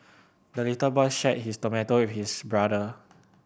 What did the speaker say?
the little boy shared his tomato with his brother